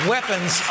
Weapons